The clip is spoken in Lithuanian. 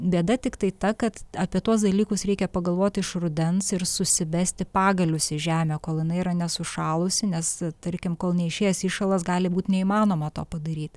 bėda tiktai ta kad apie tuos dalykus reikia pagalvoti iš rudens ir susivesti pagalius į žemę kolona yra nesušalusi nes tarkim kol neišėjęs įšalas gali būt neįmanoma to padaryt